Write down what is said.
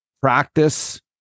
practice